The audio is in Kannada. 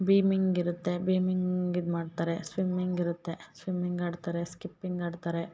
ಬೀಮಿಂಗ್ ಇರುತ್ತೆ ಬೀಮಿಂಗ್ ಇದು ಮಾಡ್ತಾರೆ ಸ್ವಿಮ್ಮಿಂಗ್ ಇರುತ್ತೆ ಸ್ವಿಮ್ಮಿಂಗ್ ಆಡ್ತಾರೆ ಸ್ಕಿಪ್ಪಿಂಗ್ ಆಡ್ತಾರೆ